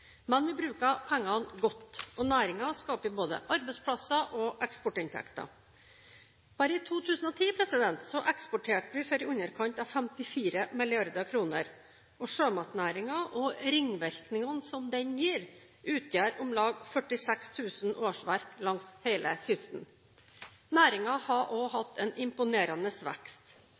pengene godt, og næringen skaper både arbeidsplasser og eksportinntekter. Bare i 2010 eksporterte vi for i underkant av 54 mrd. kr, og sjømatnæringen og ringvirkningene som den gir, utgjør om lag 46 000 årsverk langs hele kysten. Næringen har også hatt en imponerende vekst.